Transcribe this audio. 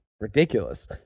ridiculous